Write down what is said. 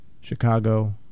Chicago